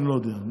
אני לא יודע.